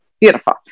beautiful